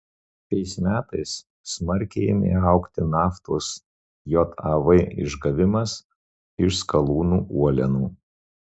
šiais metais smarkiai ėmė augti naftos jav išgavimas iš skalūnų uolienų